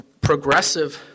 progressive